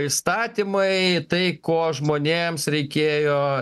įstatymai tai ko žmonėms reikėjo